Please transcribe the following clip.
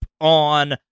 on